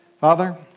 Father